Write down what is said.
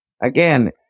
Again